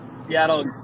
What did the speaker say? Seattle